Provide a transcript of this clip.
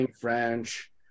French